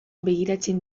begiratzen